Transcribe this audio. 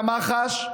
למח"ש,